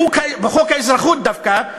בחוק האזרחות דווקא,